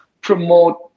promote